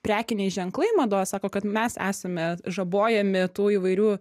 prekiniai ženklai mados sako kad mes esame žabojami tų įvairių